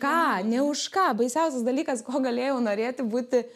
ką nė už ką baisiausias dalykas ko galėjau norėti būti